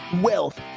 wealth